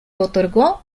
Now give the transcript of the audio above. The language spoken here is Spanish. otorgó